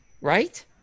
right